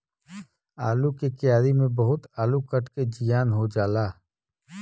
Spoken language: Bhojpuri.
आलू के क्यारी में बहुते आलू कट के जियान हो जाला